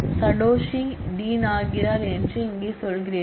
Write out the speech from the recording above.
Satoshi dean ஆகிறார் என்று இங்கே சொல்கிறீர்கள்